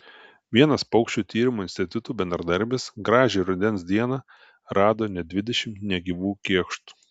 vienas paukščių tyrimo instituto bendradarbis gražią rudens dieną rado net dvidešimt negyvų kėkštų